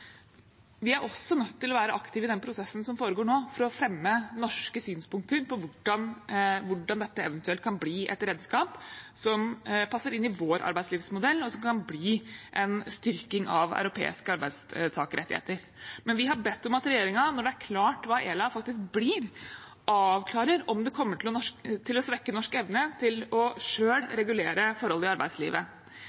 Vi er også nødt til å være aktive i den prosessen som foregår nå, for å fremme norske synspunkter på hvordan dette eventuelt kan bli et redskap som passer inn i vår arbeidslivsmodell, og som kan bli en styrking av europeiske arbeidstakerrettigheter. Men vi har bedt om at regjeringen, når det er klart hva ELA faktisk blir, avklarer om det kommer til å svekke norsk evne til selv å